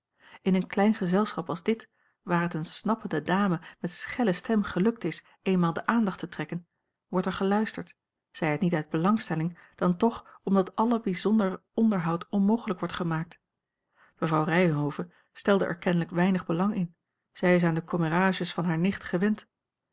in een klein gezelschap als dit waar het eene snappende dame met schelle stem gelukt is eenmaal de aandacht te trekken wordt er geluisterd zij het niet uit belangstelling dan toch oma l g bosboom-toussaint langs een omweg dat alle bijzonder onderhoud onmogelijk wordt gemaakt mevrouw ryhove stelde er kenlijk weinig belang in zij is aan de commérages van hare nicht gewend